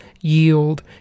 yield